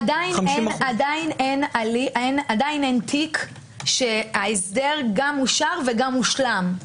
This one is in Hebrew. עדיין אין תיק שההסדר גם אושר וגם הושלם.